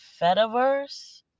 Fediverse